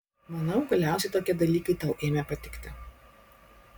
manau galiausiai tokie dalykai tau ėmė patikti